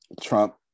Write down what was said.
Trump